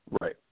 Right